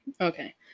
Okay